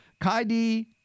Kaidi